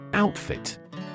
Outfit